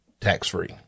tax-free